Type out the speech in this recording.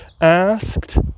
Asked